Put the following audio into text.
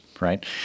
right